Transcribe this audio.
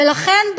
ולכן,